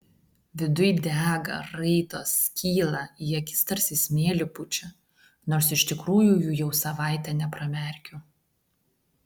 viduj dega raitos skyla į akis tarsi smėlį pučia nors iš tikrųjų jų jau savaitė nepramerkiu